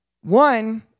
One